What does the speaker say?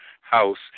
house